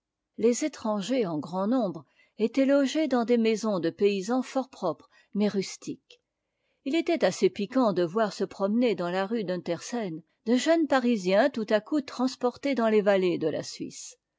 les étrangers en grand nombre étaient logés dans des maisons de paysans fort propres mais rustiques li était assez piquant de voir se promener dans la rue d'unterseen de jeunes parisiens tout à coup transportés dans les vallées de la suisse